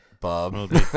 Bob